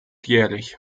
jährlich